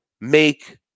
make